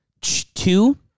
Two